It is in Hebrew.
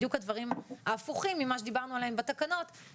בדיוק הדברים ההפוכים ממה שדיברנו עליהם בתקנות,